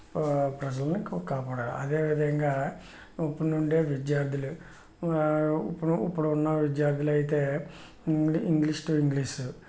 ప్రజలని కాపాడాలి అదేవిధంగా ఇప్పుడు ఉండే విద్యార్థులు ఇప్పుడు ఉన్న విద్యార్థులు అయితే ఇంగ్లీష్ టూ ఇంగ్లీష్